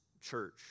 church